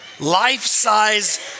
Life-size